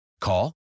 Call